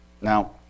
Now